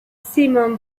simum